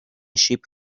sheep